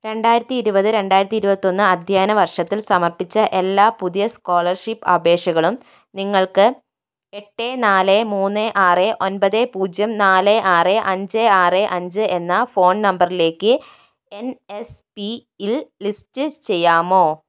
രണ്ടായിരത്തി ഇരുപത് രണ്ടായിരത്തി ഇരുപത്തൊന്ന് അധ്യയന വർഷത്തിൽ സമർപ്പിച്ച എല്ലാ പുതിയ സ്കോളർഷിപ്പ് അപേക്ഷകളും നിങ്ങൾക്ക് എട്ട് നാല് മൂന്ന് ആറ് ഒൻപത് പൂജ്യം നാല് ആറ് അഞ്ച് ആറ് അഞ്ച് എന്ന ഫോൺ നമ്പറിലേക്ക് എന് എസ് പിയില് ലിസ്റ്റ് ചെയ്യാമോ